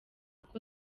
uko